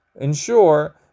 ensure